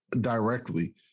directly